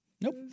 nope